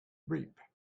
reap